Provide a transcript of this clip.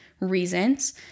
reasons